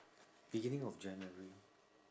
beginning of january